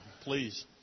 Please